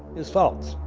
is false.